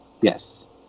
Yes